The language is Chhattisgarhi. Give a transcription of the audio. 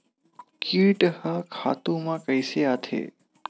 कीट ह खातु म कइसे आथे?